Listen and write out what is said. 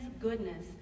goodness